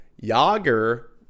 Yager